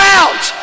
out